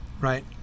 Right